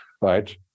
right